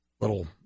little